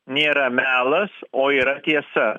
nėra melas o yra tiesa